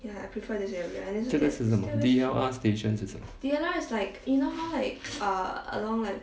这个是什么 D_L_R station 是什么